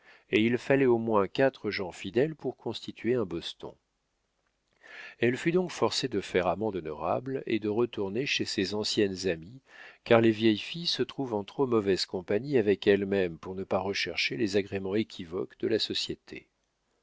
et il fallait au moins quatre gens fidèles pour constituer un boston elle fut donc forcée de faire amende honorable et de retourner chez ses anciennes amies car les vieilles filles se trouvent en trop mauvaise compagnie avec elles-mêmes pour ne pas rechercher les agréments équivoques de la société